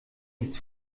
nichts